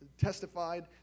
testified